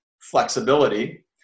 flexibility